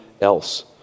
else